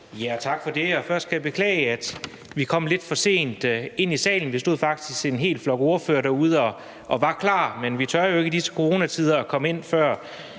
Tak for det, og først skal jeg beklage, at vi kom lidt for sent ind i salen. Vi stod faktisk en hel flok ordførere derude og var klar, men i disse coronatider tør